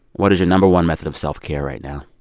what is your no. one method of self-care right now?